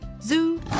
zoo